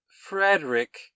frederick